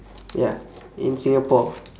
ya in singapore